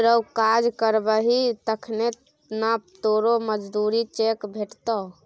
रौ काज करबही तखने न तोरो मजुरीक चेक भेटतौ